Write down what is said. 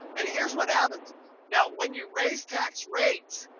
and here's what happens now, when you raise tax rates,